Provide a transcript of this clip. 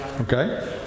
Okay